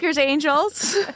Angels